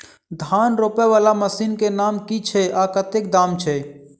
धान रोपा वला मशीन केँ नाम की छैय आ कतेक दाम छैय?